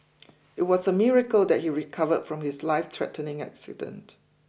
it was a miracle that he recovered from his lifethreatening accident